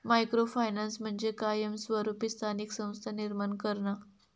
micro finance म्हणजे कायमस्वरूपी स्थानिक संस्था निर्माण करणा